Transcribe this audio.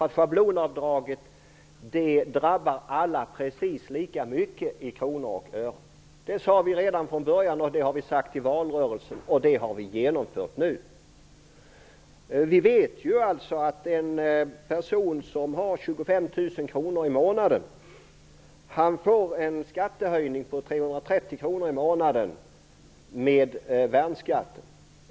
Om schablonavdraget tas bort drabbas alla precis lika mycket i kronor och ören. Det sade vi redan från början, det har vi sagt i valrörelsen, och det har vi genomfört nu. Vi vet att en person som har en inkomst på 25 000 kr i månaden får en skattehöjning på 330 kr i månaden med värnskatten.